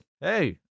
hey